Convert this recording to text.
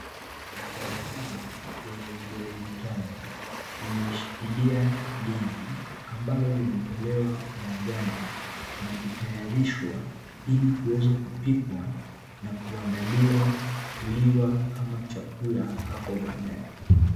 Mkono huu wenye vidole vitano umeishikilia ndizi ambalo limetolewa maganda na kutayarishwa ili kuweza kupikwa na kuandaliwa kuliwa kama chakula hapo baadaye.